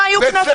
לא היו קנסות,